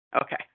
Okay